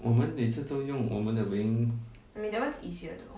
我们每次都用我们的 weighing